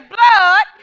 Blood